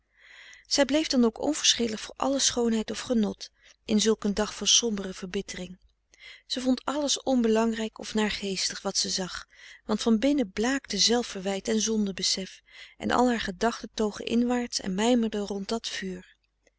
zij bleef dan ook onverschillig voor alle schoonheid of genot in zulk een dag van sombere verbittering ze vond alles onbelangrijk of naargeestig wat ze zag want van binnen blaakte zelfverwijt en zonde besef en al haar gedachten togen inwaarts en mijmerden rond dat vuur